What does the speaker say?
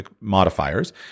modifiers